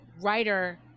writer